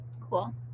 Cool